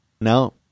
no